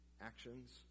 actions